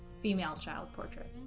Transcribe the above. female child portrait